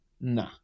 nah